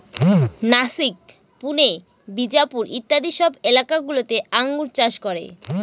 নাসিক, পুনে, বিজাপুর ইত্যাদি সব এলাকা গুলোতে আঙ্গুর চাষ করে